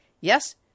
Yes